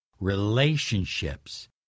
relationships